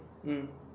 mm